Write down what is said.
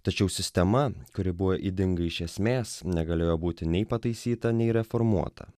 tačiau sistema kuri buvo ydinga iš esmės negalėjo būti nei pataisyta nei reformuota